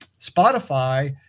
Spotify